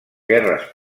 guerres